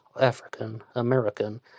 African-American